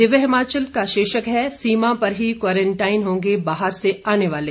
दिव्य हिमाचल का शीर्षक है सीमा पर ही क्वारंटाइन होंगे बाहर से आने वाले